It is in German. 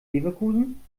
leverkusen